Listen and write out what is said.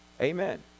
Amen